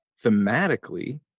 thematically